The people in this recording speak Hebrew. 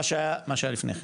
זה מה שהיה לפניכן.